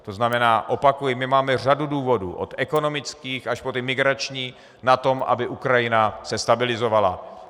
To znamená, opakuji, my máme řadu důvodů od ekonomických až po ty migrační na tom, aby se Ukrajina stabilizovala.